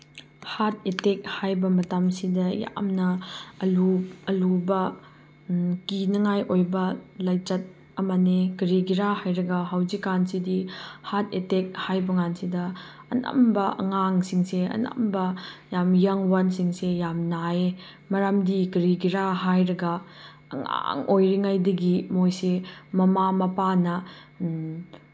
heart attack ꯍꯥꯏꯕ ꯃꯇꯝꯁꯤꯗ ꯌꯥꯝꯅ ꯑꯂꯨꯕ ꯀꯤꯅꯉꯥꯏ ꯑꯣꯏꯕ ꯂꯥꯏꯆꯠ ꯑꯃꯅꯤ ꯀꯔꯤꯒꯤꯔꯥ ꯍꯥꯏꯔꯒ ꯍꯧꯖꯤꯛꯀꯥꯟꯁꯤꯗꯤ ꯍꯥꯔꯠ ꯑꯦꯇꯦꯛ ꯍꯥꯏꯕꯀꯥꯟꯁꯤꯗ ꯑꯅꯝꯕ ꯑꯉꯥꯡꯁꯤꯡꯁꯦ ꯑꯅꯝꯕ ꯌꯥꯝ ꯌꯪ ꯋꯥꯟꯁꯤꯡꯁꯦ ꯌꯥꯝꯅ ꯅꯥꯏꯌꯦ ꯃꯔꯝꯗꯤ ꯀꯔꯤꯒꯤꯔꯥ ꯍꯥꯏꯔꯒ ꯑꯉꯥꯡ ꯑꯣꯏꯔꯤꯉꯩꯗꯒꯤ ꯃꯣꯏꯁꯦ ꯃꯃꯥ ꯃꯄꯥꯅ